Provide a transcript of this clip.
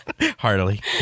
Heartily